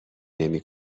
نمی